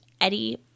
Eddie